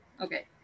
Okay